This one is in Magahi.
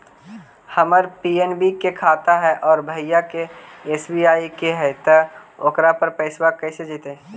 हमर पी.एन.बी के खाता है और भईवा के एस.बी.आई के है त ओकर पर पैसबा कैसे जइतै?